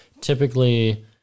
Typically